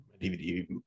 DVD